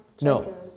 No